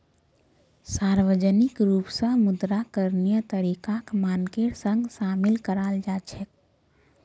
सार्वजनिक रूप स मुद्रा करणीय तरीकाक मानकेर संग शामिल कराल जा छेक